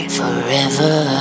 forever